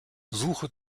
suche